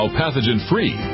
pathogen-free